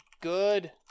good